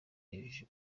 yujuje